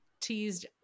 teased